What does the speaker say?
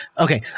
Okay